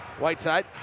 Whiteside